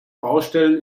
baustellen